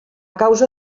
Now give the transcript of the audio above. causa